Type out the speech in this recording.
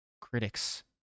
critics